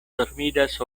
dormidas